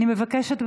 אני מבקשת,